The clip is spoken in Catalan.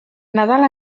nadal